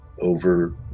over